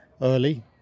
early